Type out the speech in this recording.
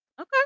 Okay